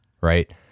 right